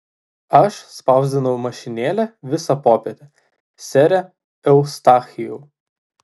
aš spausdinau mašinėle visą popietę sere eustachijau